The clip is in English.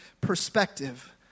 perspective